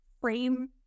frame